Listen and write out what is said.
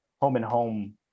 home-and-home